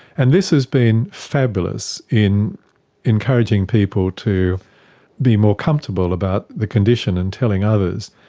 and this has been fabulous in encouraging people to be more comfortable about the condition and telling others.